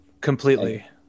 Completely